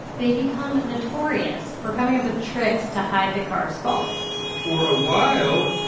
they become notorious for coming up with tricks to hide the car's faults for a while,